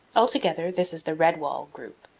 altogether this is the red-wall group.